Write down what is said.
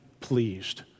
pleased